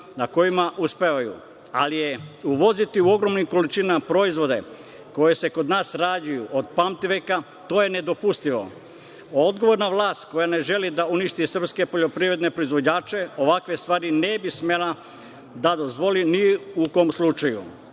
na kojima uspevaju, ali uvoziti u ogromnim količinama proizvode koji kod nas rađaju od pamitiveka je nedopustivo. Odgovorna vlast koja ne želi da uništi srpske poljoprivredne proizvođače ovakve stvari ne bi smela da dozvoli ni u kom slučaju.